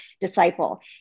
disciple